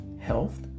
health